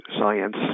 science